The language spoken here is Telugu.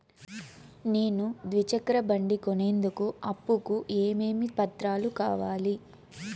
నేను ద్విచక్ర బండి కొనేందుకు అప్పు కు ఏమేమి పత్రాలు కావాలి?